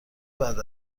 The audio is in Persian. بعد